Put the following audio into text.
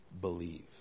Believe